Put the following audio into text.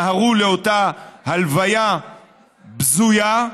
נהרו לאותה הלוויה בזויה.